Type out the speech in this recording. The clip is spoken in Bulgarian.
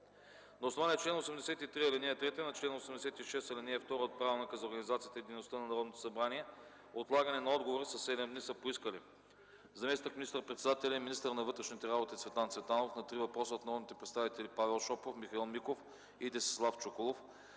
На основание чл. 83, ал. 3 и чл. 86, ал. 2 от Правилника за организацията и дейността на Народното събрание отлагане на отговори със седем дни са поискали: - заместник министър-председателят и министър на вътрешните работи Цветан Цветанов на три въпроса от народните представители Павел Шопов, Михаил Миков и Десислав Чуколов;